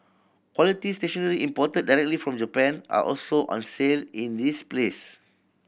quality stationery imported directly from Japan are also on sale in this place